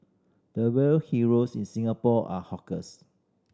the real heroes in Singapore are hawkers